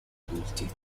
adulti